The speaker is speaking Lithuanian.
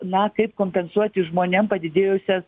na kaip kompensuoti žmonėm padidėjusias